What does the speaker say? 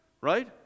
right